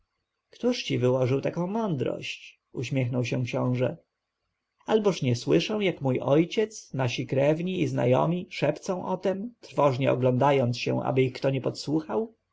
któż ci wyłożył taką mądrość uśmiechnął się książę alboż nie słyszę jak mój ojciec nasi krewni i znajomi szepczą o tem trwożnie oglądając się aby ich kto nie podsłuchał